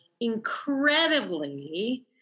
incredibly